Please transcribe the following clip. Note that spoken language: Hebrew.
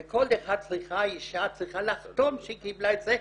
וכל אישה צריכה לחתום שהיא קיבלה את זה,